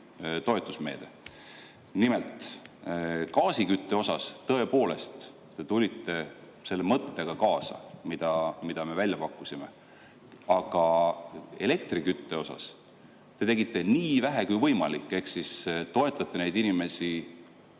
toetusmeede. Nimelt, gaasikütte puhul te tõepoolest tulite selle mõttega kaasa, mille me välja pakkusime. Aga elektrikütte puhul te tegite nii vähe, kui võimalik, ehk toetate neid inimesi